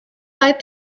like